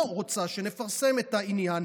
והיא לא רוצה שנפרסם את העניין.